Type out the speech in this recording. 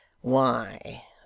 Why